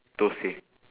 thosai